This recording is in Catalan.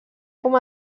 com